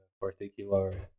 particular